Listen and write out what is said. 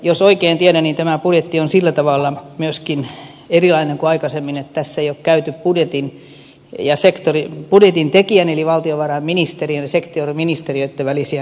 jos oikein tiedän niin tämä budjetti on sillä tavalla myöskin erilainen kuin aikaisemmin että tässä ei ole käyty budjetin tekijän eli valtiovarainministeriön ja sektoriministeriöitten välisiä neuvotteluja